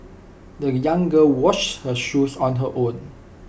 the young girl washed her shoes on her own